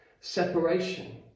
separation